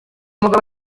mugabo